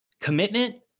commitment